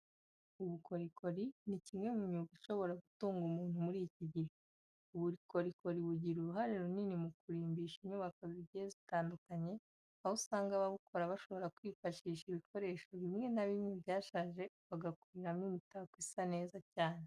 Ubukorikori ni kimwe mu myuga ishobora gutunga umuntu muri iki gihe. Ubukorikori bugira uruhare runini mu kurimbisha inyubako zigiye zitandukanye, aho usanga ababukora bashobora kwifashisha ibikoresho bimwe na bimwe byashaje bagakurimo imitako isa neza cyane.